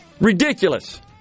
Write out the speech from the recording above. Ridiculous